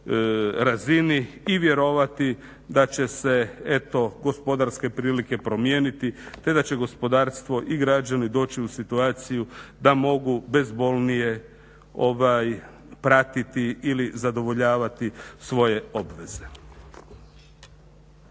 razini i vjerovati da će se eto gospodarske prilike promijeniti te da će gospodarstvo i građani doći u situaciju da mogu bezbolnije pratiti ili zadovoljavati svoje obveze.